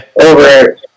over –